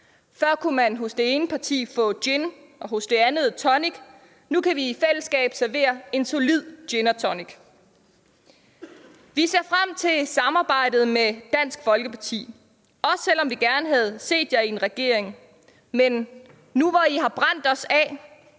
Før kunne man hos det ene parti få gin og hos det andet tonic, nu kan vi i fællesskab servere en solid gin og tonic. Vi ser frem til samarbejdet med Dansk Folkeparti, også selv om vi gerne havde set jer i en regering. Men nu, hvor I har brændt os af,